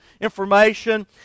information